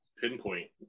pinpoint